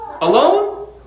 Alone